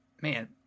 man